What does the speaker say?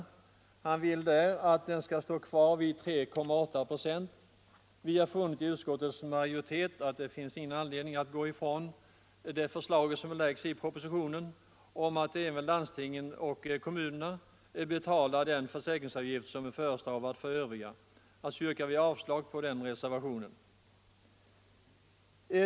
Herr Olsson vill att avgiften skall stå kvar vid 3,8 procent. Utskottsmajoriteten har funnit att det inte finns någon anledning att gå ifrån det förslag som väckts i propositionen om att även landstingen och kommunerna skall betala den försäkringsavgift som föreslagits för övriga avgiftspliktiga. Alltså yrkar vi avslag på reservationen 3.